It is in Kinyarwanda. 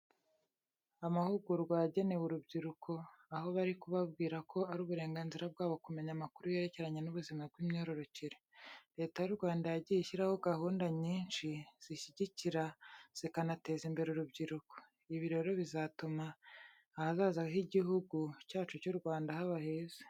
Amahugurwa yagenewe urubyiruko, aho bari kubabwira ko ari uburenganzira bwabo kumenya amakuru yerekeranye n'ubuzima bw'imyororokere yabo. Leta y'u Rwanda yagiye ishyiraho gahunda nyinshi zishyigikira zikanateza imbere urubyiruko. Ibi rero bizatuma ahazaza h'Igihugu cyacu cy'u Rwanda haba heza.